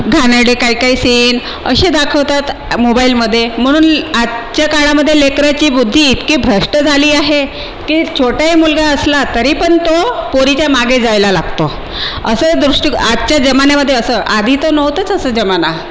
घाणेरडे काही काही सीन असे दाखवतात मोबाईलमध्ये म्हणून आजच्या काळामध्ये लेकराची बुद्धी इतकी भ्रष्ट झाली आहे की छोटाही मुलगा असला तरी पण तो पोरीच्या मागे जायला लागतो असे दृष्टी आजच्या जमान्यामध्ये असं आधी तर नव्हतंच असा जमाना